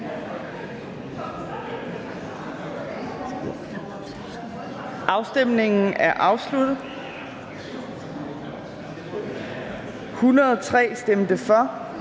Afstemningen er afsluttet. For stemte 29